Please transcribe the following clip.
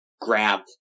grabbed